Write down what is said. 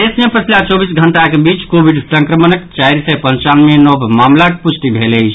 प्रदेश मे पछिला चौबीस घंटाक बीच कोविड संक्रमणक चारि सय पंचानवे नव मामिलाक पुष्टि भेल अछि